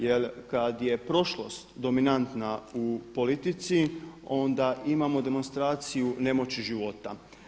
Jer kada je prošlost dominantna u politici onda imamo demonstraciju nemoći života.